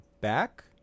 back